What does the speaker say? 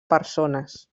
persones